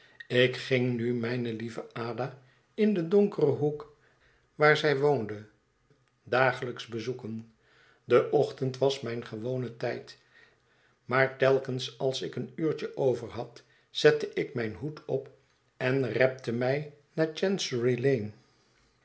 ik ging nu mijne lieve ada in den donkeren hoek waar zij woonde dagelijks bezoeken de ochtend was mijn gewone tijd maar telkens als ik een uurtje overhad zette ik mijn hoed op en repte mij naar